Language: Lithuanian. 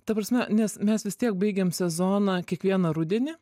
ta prasme nes mes vis tiek baigiam sezoną kiekvieną rudenį